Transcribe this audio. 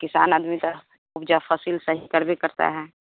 किसान आदमी था उपजा फसल सही करवे करता है